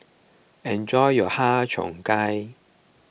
enjoy your Har Cheong Gai